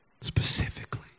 specifically